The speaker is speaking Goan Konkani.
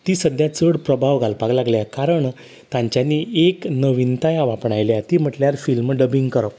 ती सद्द्यां चड प्रभाव घालपाक लागल्या कारण तांच्यांनी एक नवीनताय आपणायल्या ती म्हटल्यार फिल्म डबींग करप